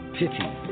pity